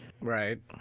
Right